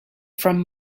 from